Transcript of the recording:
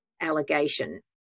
allegation